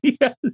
Yes